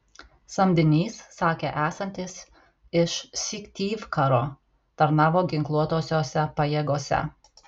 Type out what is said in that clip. samdinys sakė esantis iš syktyvkaro tarnavo ginkluotosiose pajėgose